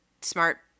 smart